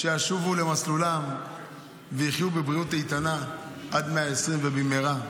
שישובו למסלולם ויחיו בבריאות איתנה עד 120 ובמהרה,